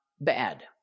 bad